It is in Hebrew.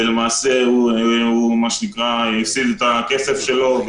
ולמעשה הוא הפסיד את הכסף שלו,